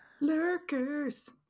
Lurkers